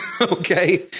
Okay